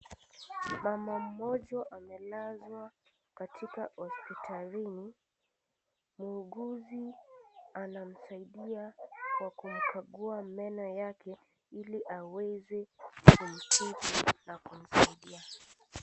Mama mmoja, amelazwa katika hospitalini. Muuguzi anamsaidia kwa kumkagua meno yake, ili aweze kumtibu na kumsaidia.